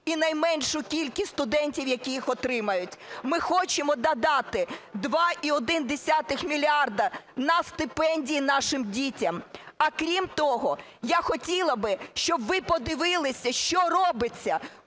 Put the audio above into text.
і найменшу кількість студентів, які їх отримують. Ми хочемо додати 2,1 мільярда на стипендії нашим дітям. А крім того, я хотіла би, щоб ви подивились, що робиться,